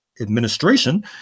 administration